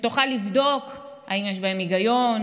שתוכל לבדוק אם יש בהן היגיון,